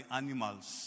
animals